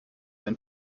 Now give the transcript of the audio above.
wenn